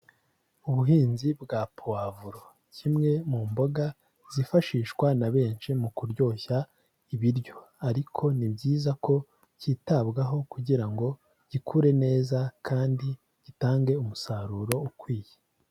Ubuhinzi bwa puwavuro, kimwe mu mboga zifashishwa na benshi mu kuryoshya ibiryo ariko ni byiza ko cyitabwaho kugira ngo gikure neza kandi gitange umusaruro ukwiye.